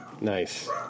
Nice